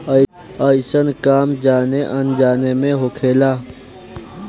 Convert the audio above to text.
अइसन काम जाने अनजाने मे होखेला